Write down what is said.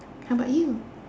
how about you